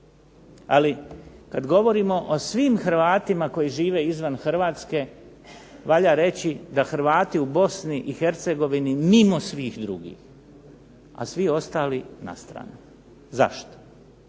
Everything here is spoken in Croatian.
Ali kada govorimo o svim Hrvatima koji žive izvan Hrvatske, valja reći da Hrvati u Bosni i Hercegovini mimo svih drugih, a svi ostali na stranu. Zašto?